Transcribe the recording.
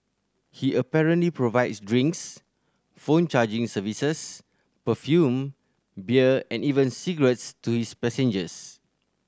he apparently provides drinks phone charging services perfume beer and even cigarettes to his passengers